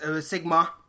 Sigma